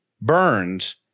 burns